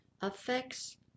affects